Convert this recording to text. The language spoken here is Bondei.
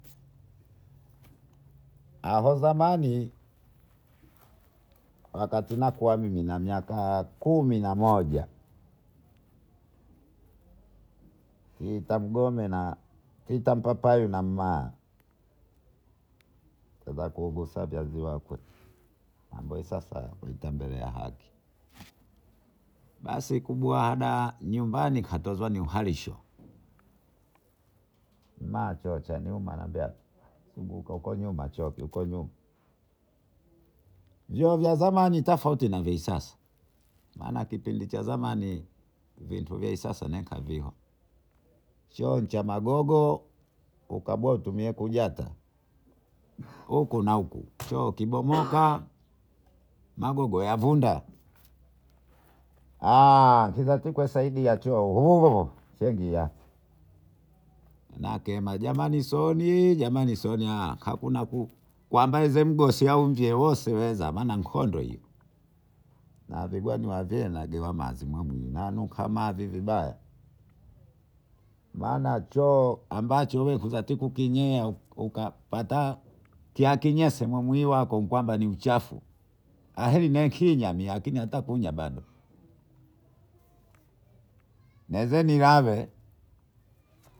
Hapo zamani wakati nakuwa Mimi na miaka kumi na moja. Peter mgome na, peter mpapayu nama ambayo sasa kapita mbele ya haki basi kubwa ada nyumbani katozaniuharisho maa choo cha nyuma aniambia zunguka huko nyuma choo kipo nyuma vyoo cha zamani tofauti na kisasa maana kipindi cha zamani vitu vya kisasa naweka vyoo choo cha magogo ukabua utumie kujata huku na huku choo kibomoka magogo yavunda manaake jamani soni jamani soni hakuna ambayesemgosi au vyemuosi wenza na nuka mavi vibaya maana choo ambacho hutakiwa kukinyea ukapata kinyesi umwiwiwako kwamba ni uchafu aheri ni akinya lakini hats kunya bado.